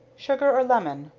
sugar or lemon?